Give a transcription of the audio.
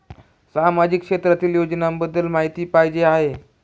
सामाजिक क्षेत्रातील योजनाबद्दल माहिती पाहिजे आहे?